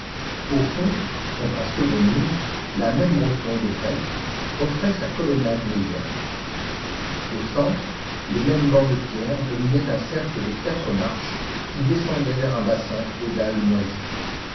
au fond contre un second mur la même rotonde grecque offrait sa colonnade légère au centre les mêmes bancs de pierre dominaient un cercle de quatre marches qui descendaient vers un bassin aux dalles moisies